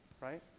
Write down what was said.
right